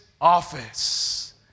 office